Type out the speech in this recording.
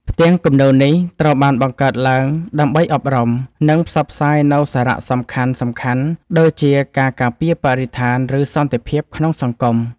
ផ្ទាំងគំនូរនេះត្រូវបានបង្កើតឡើងដើម្បីអប់រំ និងផ្សព្វផ្សាយនូវសារៈសំខាន់ ដូចជាការការពារបរិស្ថាន ឬសន្តិភាពក្នុងសង្គម។